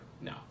no